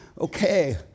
okay